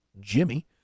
Jimmy